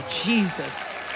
Jesus